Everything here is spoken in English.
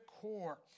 core